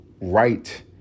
right